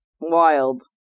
wild